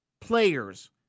players